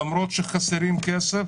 למרות שחסר כסף,